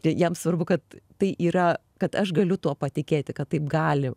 tai jam svarbu kad tai yra kad aš galiu tuo patikėti kad taip gali